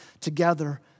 together